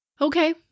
Okay